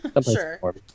Sure